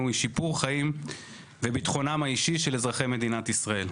היא שיפור חיים וביטחונם האישי של אזרחי מדינת ישראל.